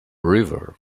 river